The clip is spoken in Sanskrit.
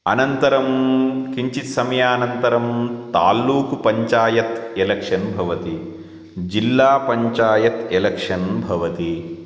अनन्तरं किञ्चित् समयानन्तरं तालूक् पञ्चायत् एलेक्शन् भवति जिल्लापञ्चायत् एलेक्शन् भवति